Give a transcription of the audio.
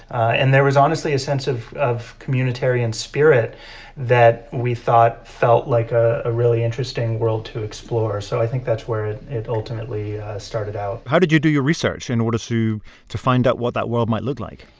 and there was honestly a sense of of communitarian spirit that we thought felt like a really interesting world to explore. so i think that's where it it ultimately started out how did you do your research in order to to find out what that world might look like?